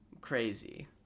crazy